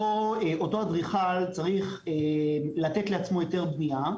אותו אדריכל צריך לתת לעצמו היתר בנייה,